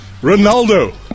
Ronaldo